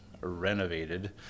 renovated